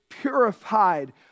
purified